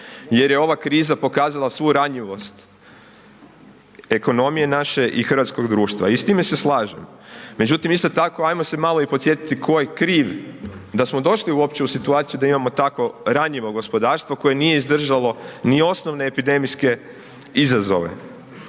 jer je ova kriza pokazala svu ranjivost ekonomije naše i hrvatskog društva i s time se slažem međutim isto tako ajmo se malo i podsjetiti ko je kriv da smo došli uopće u situaciju da imamo tako ranjivo gospodarstvo koje nije izdržalo ni osnovne epidemijske izazove.